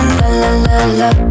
la-la-la-la